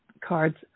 cards